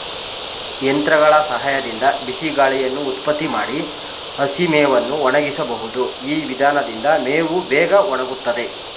ಯಂತ್ರಗಳ ಸಹಾಯದಿಂದ ಬಿಸಿಗಾಳಿಯನ್ನು ಉತ್ಪತ್ತಿ ಮಾಡಿ ಹಸಿಮೇವನ್ನು ಒಣಗಿಸಬಹುದು ಈ ವಿಧಾನದಿಂದ ಮೇವು ಬೇಗ ಒಣಗುತ್ತದೆ